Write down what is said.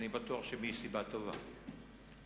ואני בטוח שמסיבה טובה.